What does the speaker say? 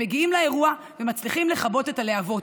הם מגיעים לאירוע והם מצליחים לכבות את הלהבות.